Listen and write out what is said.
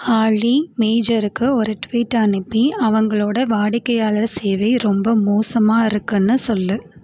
ஆழி மெய்ஜருக்கு ஒரு ட்வீட் அனுப்பி அவங்களோட வாடிக்கையாளர் சேவை ரொம்ப மோசமாக இருக்குன்னு சொல்